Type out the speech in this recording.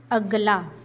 ਅਗਲਾ